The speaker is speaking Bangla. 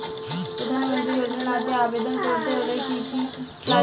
প্রধান মন্ত্রী যোজনাতে আবেদন করতে হলে কি কী লাগবে?